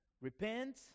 Repent